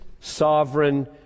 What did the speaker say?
sovereign